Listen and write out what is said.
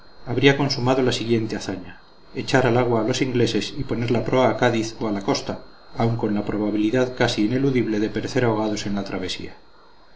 habría consumado la siguiente hazaña echar al agua a los ingleses y poner la proa a cádiz o a la costa aun con la probabilidad casi ineludible de perecer ahogados en la travesía